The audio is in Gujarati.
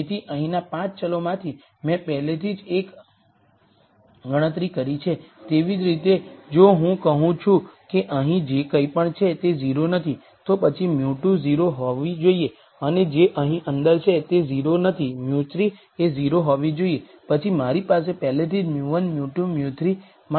તેથી અહીંના 5 ચલોમાંથી મેં પહેલેથી જ એક ગણતરી કરી છે તેવી જ રીતે જો હું કહું છું કે અહીં જે કંઈપણ છે તે 0 નથી તો પછી μ2 0 હોવી જોઈએ અને જે અહીં અંદર છે તે 0 નથી μ3 એ 0 હોવી જોઈએ પછી મારી પાસે પહેલેથી જ μ1 μ2 μ3 માટે ગણતરી કરેલા મૂલ્ય છે